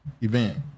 event